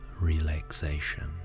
relaxation